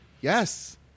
yes